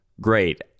Great